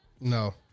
No